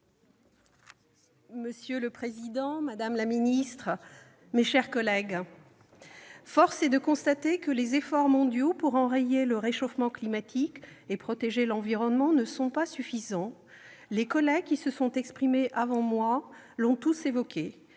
Monsieur le président, madame la secrétaire d'État, mes chers collègues, force est de constater que les efforts mondiaux pour enrayer le réchauffement climatique et protéger l'environnement ne sont pas suffisants, les collègues qui se sont exprimés avant moi l'ont tous évoqué.